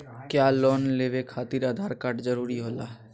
क्या लोन लेवे खातिर आधार कार्ड जरूरी होला?